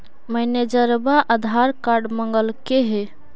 मैनेजरवा आधार कार्ड मगलके हे?